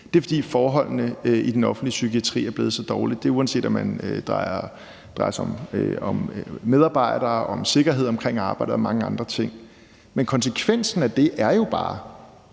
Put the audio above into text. men fordi forholdene i den offentlige psykiatri er blevet så dårlige. Det er uanset, om det drejer sig om medarbejdere, om sikkerhed omkring arbejdet og mange andre ting. Men konsekvensen af det er jo bare,